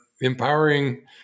empowering